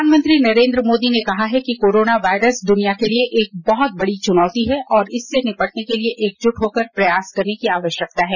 प्रधानमंत्री नरेंद्र मोदी ने कहा है कि कोरोना वायरस द्वनिया के लिए बहुत बड़ी चुनौती है और इससे निपटने के लिए एकजूट होकर प्रयास करने की आवश्यकता है